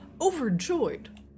overjoyed